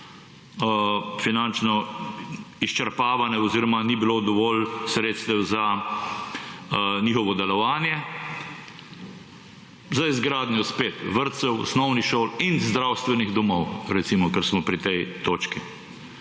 finančno izčrpavane oziroma ni bilo dovolj sredstev za njihovo delovanje, za izgradnjo, spet, vrtcev, osnovnih šol in zdravstvenih domov, recimo, ker smo pri tej točki.